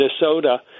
Minnesota